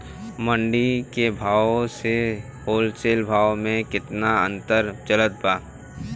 मंडी के भाव से होलसेल भाव मे केतना के अंतर चलत बा?